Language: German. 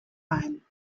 ein